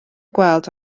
gweld